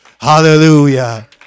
Hallelujah